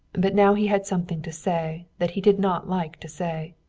but now he had something to say that he did not like to say.